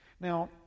Now